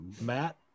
Matt